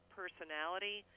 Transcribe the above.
personality